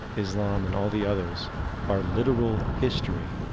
islam and all the others are literal history,